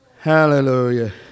Hallelujah